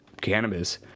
cannabis